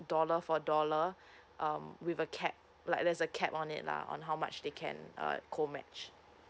dollar for dollar um with a cap like there's a cap on it lah on how much they can uh co match